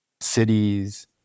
cities